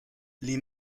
les